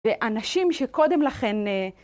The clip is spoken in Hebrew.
ואנשים שקודם לכן...